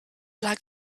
like